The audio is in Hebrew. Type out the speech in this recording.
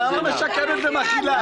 למה משקמת ומכילה?